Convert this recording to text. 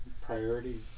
Priorities